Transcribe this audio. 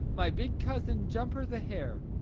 my big cousin, jumper the hare.